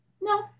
No